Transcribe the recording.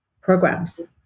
programs